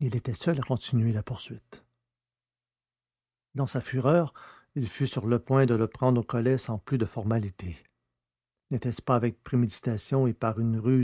il était seul à continuer la poursuite dans sa fureur il fut sur le point de le prendre au collet sans plus de formalité n'était-ce pas avec préméditation et par une ruse